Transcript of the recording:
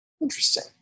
Interesting